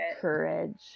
courage